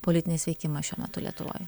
politinis veikimas šiuo metu lietuvoj